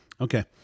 Okay